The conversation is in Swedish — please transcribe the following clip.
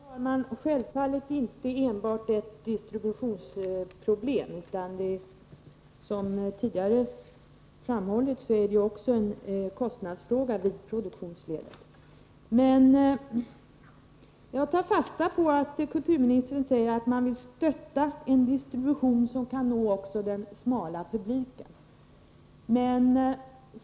Herr talman! Det är självfallet inte enbart ett distributionsproblem utan det är, som tidigare framhållits, även en kostnadsfråga i produktionsledet. Jag tar fasta på att kulturministern säger att man vill stötta en distribution som kan nå också den smala publiken.